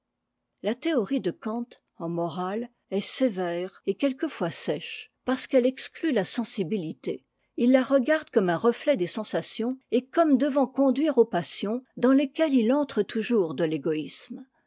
la théorie de kant en morale est sévère et quelquefois sèche parce qu'elle exclut fa sensibilité h la regarde comme un reflet des sensations et comme devant conduire aux passions dans lesquelles il entre toujours de t'égoïsme